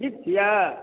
ठीक छियै